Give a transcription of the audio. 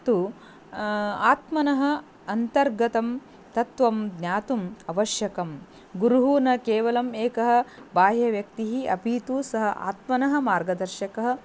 तु आत्मनः अन्तर्गतं तत्त्वं ज्ञातुम् आवश्यकं गुरुः न केवलम् एकः बाह्यव्यक्तिः अपि तु सः आत्मनः मार्गदर्शकः